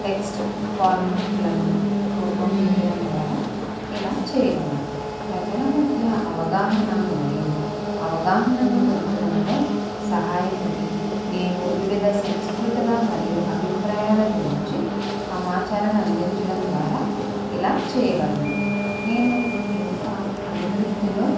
text ఫార్మాట్లను రూపొందించడం ద్వారా ఇలా చేయగలను ప్రజల మధ్య అవగాహనా మరియు అవగాహనను పెంచడంలో సహాయపడి నేను వివిధ సంస్కృతుల మరియు అభిప్రాయాల గురించి సమాచారాన్ని అందించడం ద్వారా ఇలా చేయగలను నేను ఇంకా అభివృద్ధిలో